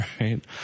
right